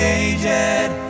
aged